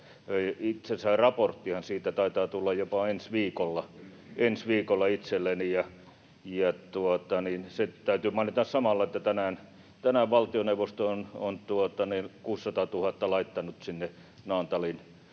Itse asiassa raporttihan siitä taitaa tulla jopa ensi viikolla itselleni, ja se täytyy mainita samalla, että tänään valtioneuvosto on laittanut 600 000 euroa sinne Naantalin